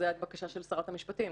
זו הבקשה של שרת המשפטים.